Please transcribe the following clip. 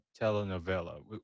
telenovela